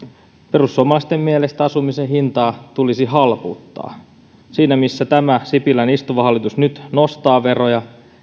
perussuomalaisten mielestä asumisen hintaa tulisi halpuuttaa siinä missä sipilän istuva hallitus nyt nostaa veroja